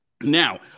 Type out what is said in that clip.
Now